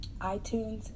iTunes